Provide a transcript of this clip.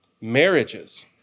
Marriages